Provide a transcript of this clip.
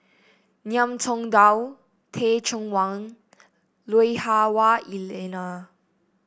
Ngiam Tong Dow Teh Cheang Wan Lui Hah Wah Elena